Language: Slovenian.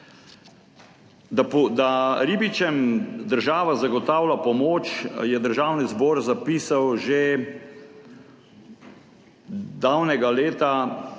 Da ribičem država zagotavlja pomoč, je Državni zbor zapisal že davnega leta